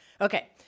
Okay